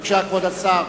בבקשה, כבוד השר.